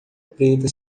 preta